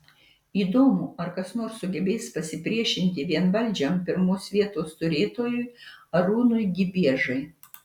įdomu ar kas nors sugebės pasipriešinti vienvaldžiam pirmos vietos turėtojui arūnui gibiežai